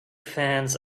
fans